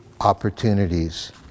opportunities